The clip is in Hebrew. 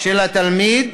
של התלמיד,